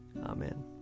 Amen